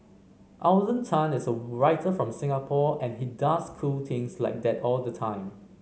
Alden Tan is a writer from Singapore and he does cool things like that all the time